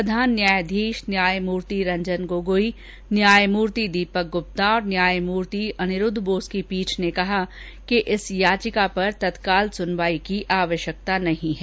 प्रधान न्यायाधीश न्यायमूर्ति रंजन गोगोई न्यायमूर्ति दीपक गुप्ता और न्यायमूर्ति अनिरूद्व बोस की पीठ ने कहा कि इस याचिका पर तत्काल सुनवाई की आवश्यकता नहीं है